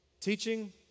teaching